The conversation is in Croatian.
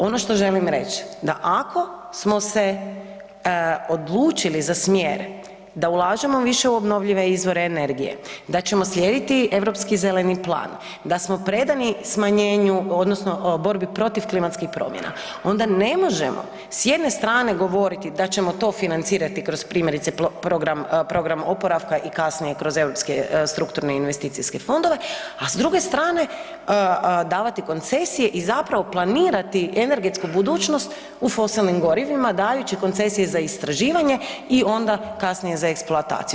Ono što želim reći da ako smo se odlučili za smjer da ulažemo više u obnovljive izvore energije, da ćemo slijediti Europski zeleni plan, da smo predani smanjenju odnosno borbi protiv klimatskih promjena onda ne možemo s jedne strane govoriti da ćemo to financirati kroz primjerice program oporavka i kasnije kroz europske strukturne investicijske fondove, a s druge strane davati koncesije i zapravo planirati energetsku budućnost u fosilnim gorivima dajući koncesije za istraživanje i onda kasnije za eksploataciju.